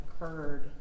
occurred